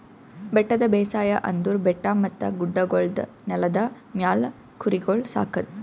ಬೆಟ್ಟದ ಬೇಸಾಯ ಅಂದುರ್ ಬೆಟ್ಟ ಮತ್ತ ಗುಡ್ಡಗೊಳ್ದ ನೆಲದ ಮ್ಯಾಲ್ ಕುರಿಗೊಳ್ ಸಾಕದ್